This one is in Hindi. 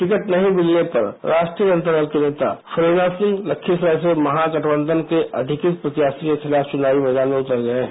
टिकट नहीं मिलने पर राष्ट्रीय जनता दल के नेता फूलेना सिंह लखीसराय से महागठबंचन के अधिकृत प्रत्याशी के खिलाफ चुनावी मैदान में उतर गये हैं